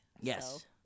yes